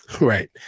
Right